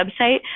website